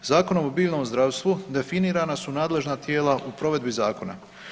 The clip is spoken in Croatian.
Zakonom o biljnom zdravstvu definirana su nadležna tijela u provedbi zakona.